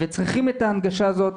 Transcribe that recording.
וצריכים את ההנגשה הזאת,